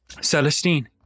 Celestine